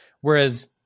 Whereas